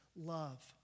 love